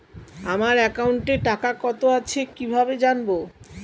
আমার একাউন্টে টাকা কত আছে কি ভাবে জানবো?